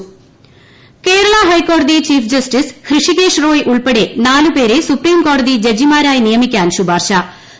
സ്ഥാനക്കയറ്റും കേരള ഹൈക്കോടതി chief justice Hrishikesh Roy ഉൾപ്പെടെ നാലു പേരെ സൂപ്രിം കോടതി ജഡ്ജിമാരായി നിയമിക്കാൻ ശുപാർശ്ശ